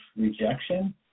rejection